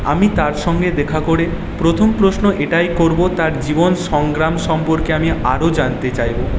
আমি তার সঙ্গে দেখা করে প্রথম প্রশ্ন এটাই করব তার জীবন সংগ্রাম সম্পর্কে আমি আরও জানতে চাইব